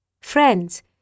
Friends